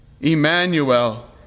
Emmanuel